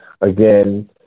again